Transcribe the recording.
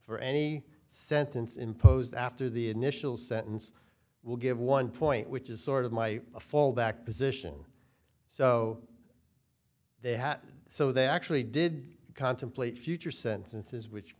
for any sentence imposed after the initial sentence will give one point which is sort of my fallback position so they had so they actually did contemplate future sentences which